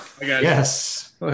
Yes